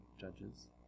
Judges